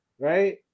right